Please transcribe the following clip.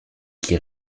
qui